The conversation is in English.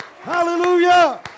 Hallelujah